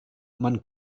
man